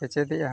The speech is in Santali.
ᱠᱮᱪᱮᱫᱮᱜᱼᱟ